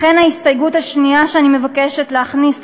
לכן ההסתייגות השנייה שאני מבקשת להכניס,